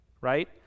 right